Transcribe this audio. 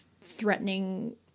threatening